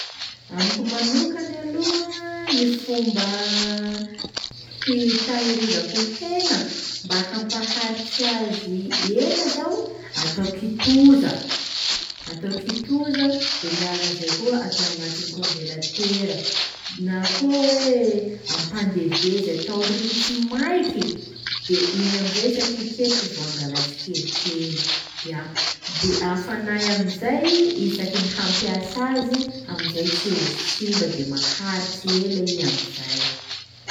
Amiko manokany aloha gny fomba hitahirizako hena mba hampaharitsy azy ela zao: atao kitoza atao kitoza de miala an'izay koa atao agnatin'ny congelatera, na koa hoe ampandevezy atao ritsy maiky, de igny am'izay isaky hiketriky vao hangala tsikelikely de a- de afanay am'izay isaky ny hampiasa azy am'izay tsy ho simba de maharitsy ela i am'izay.